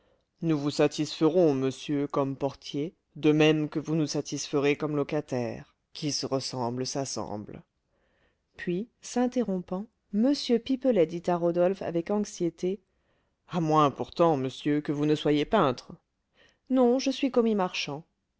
nous vous satisferons monsieur comme portiers de même que vous nous satisferez comme locataire qui se ressemble s'assemble puis s'interrompant m pipelet dit à rodolphe avec anxiété à moins pourtant monsieur que vous ne soyez peintre non je suis commis marchand